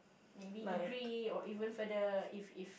maybe degree or even further if if